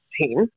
team